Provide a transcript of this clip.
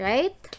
Right